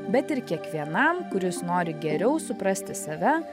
bet ir kiekvienam kuris nori geriau suprasti save